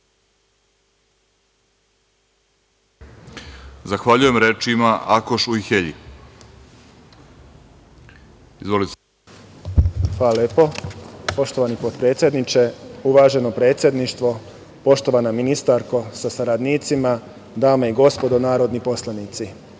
Ujhelji. Izvolite. **Akoš Ujhelji** Hvala lepo. Poštovani potpredsedniče, uvaženo predsedništvo, poštovana ministarko sa saradnicima, dame i gospodo narodni poslanici,